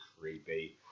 creepy